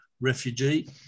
refugee